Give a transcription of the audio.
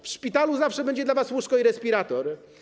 W szpitalu zawsze będzie dla was łóżko i respirator.